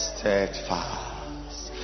Steadfast